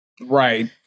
Right